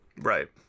Right